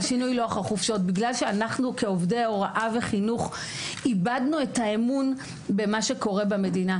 בגלל שאנחנו כעובדי הוראה וחינוך איבדנו את האמון במה שקורה במדינה,